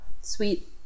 sweet